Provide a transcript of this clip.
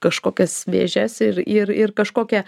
kažkokias vėžes ir ir kažkokią